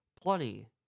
plenty